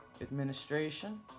Administration